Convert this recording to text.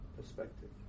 perspective